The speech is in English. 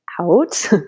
out